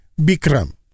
Bikram